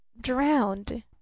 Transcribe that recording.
drowned